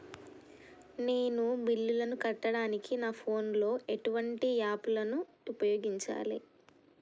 నేను బిల్లులను కట్టడానికి నా ఫోన్ లో ఎటువంటి యాప్ లను ఉపయోగించాలే?